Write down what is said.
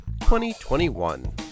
2021